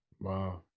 Wow